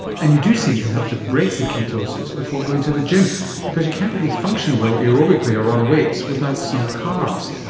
and you do seem to have to break the ketosis before going to the gym because you can't really function well aerobically or on weights without some carbs.